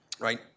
Right